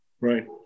Right